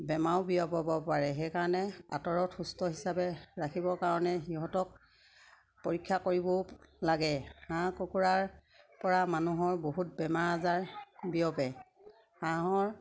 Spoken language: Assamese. বেমাৰো বিয়পাব পাৰে সেইকাৰণে আঁতৰত সুস্থ হিচাপে ৰাখিবৰ কাৰণে সিহঁতক পৰীক্ষা কৰিব লাগে হাঁহ কুকুৰাৰ পৰা মানুহৰ বহুত বেমাৰ আজাৰ বিয়পে হাঁহৰ